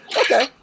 Okay